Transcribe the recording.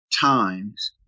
times